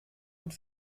und